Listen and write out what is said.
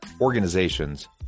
organizations